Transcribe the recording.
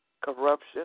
corruption